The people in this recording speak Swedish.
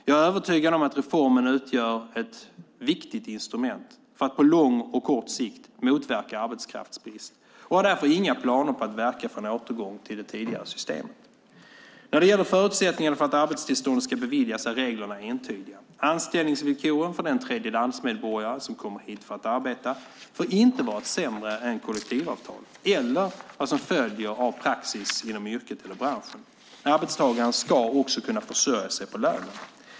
Jag är övertygad om att reformen utgör ett viktigt instrument för att på lång och kort sikt motverka arbetskraftsbrist och har därför inga planer på att verka för en återgång till det tidigare systemet. När det gäller förutsättningarna för att arbetstillstånd ska beviljas är reglerna entydiga. Anställningsvillkoren för den tredjelandsmedborgare som kommer hit för att arbeta får inte vara sämre än kollektivavtal eller vad som följer av praxis inom yrket eller branschen. Arbetstagaren ska också kunna försörja sig på lönen.